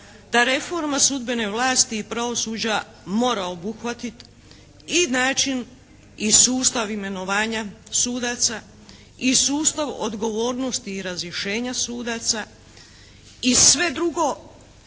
ta reforma sudbene vlasti i pravosuđa mora obuhvatiti i način i sustav imenovanja sudaca i sustav odgovornosti i razrješenja sudaca i sve drugo,